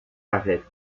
arrête